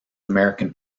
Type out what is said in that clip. american